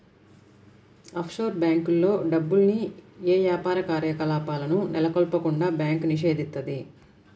offshore బ్యేంకుల్లో డబ్బుల్ని యే యాపార కార్యకలాపాలను నెలకొల్పకుండా బ్యాంకు నిషేధిత్తది